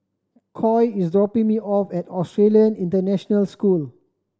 Coy is dropping me off at Australian International School